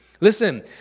Listen